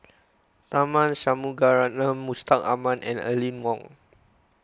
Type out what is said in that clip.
Tharman Shanmugaratnam Mustaq Ahmad and Aline Wong